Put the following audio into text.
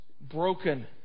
broken